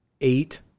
eight